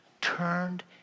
turned